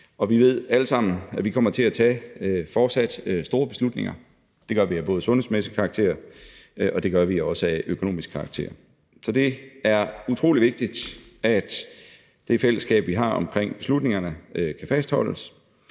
Vi ved alle sammen, at vi fortsat kommer til at tage store beslutninger, både af sundhedsmæssig karakter og af økonomisk karakter. Så det er utrolig vigtigt, at det fællesskab, vi har omkring beslutningerne, kan fastholdes,